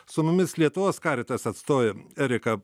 su mumis lietuvos karitas atstovė erika